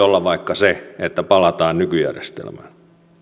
olla vaikka se että palataan nykyjärjestelmään